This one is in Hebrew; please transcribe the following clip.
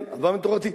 על עוזבם את תורתי.